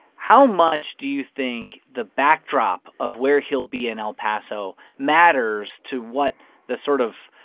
how much do you think the backdrop of where he'll be in el paso matters to what the sort of,